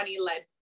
led